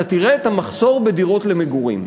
אתה תראה את המחסור בדירות למגורים.